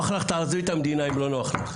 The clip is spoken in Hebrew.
תעזבי את המדינה אם לא נוח לך.